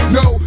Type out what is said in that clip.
no